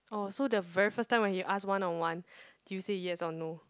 oh so very first time when he ask one on one did you say yes or no